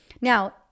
Now